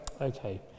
Okay